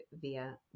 via